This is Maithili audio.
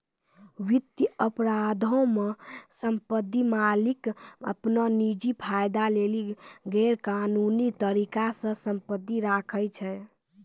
वित्तीय अपराधो मे सम्पति मालिक अपनो निजी फायदा लेली गैरकानूनी तरिका से सम्पति राखै छै